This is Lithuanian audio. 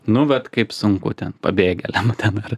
nu vat kaip sunku ten pabėgėliam ten ar